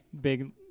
big